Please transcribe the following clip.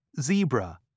zebra